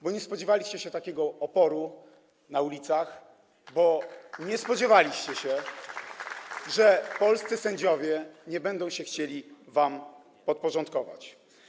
Bo nie spodziewaliście się takiego oporu na ulicach, bo nie spodziewaliście się, że polscy sędziowie nie będą się chcieli wam podporządkować.